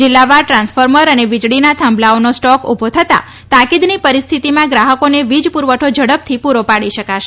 જિલ્લાવાર transformer અને વીજળીના થાંભલાઓનો સ્ટોક ઉભો થતાં તાકીદની પરિસ્થિતિમાં ગ્રાહકોને વીજ પુરવઠો ઝડપથી પુરો પાડી શકાશે